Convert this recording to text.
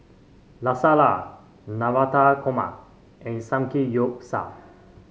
Lasagna Navratan Korma and Samgeyopsal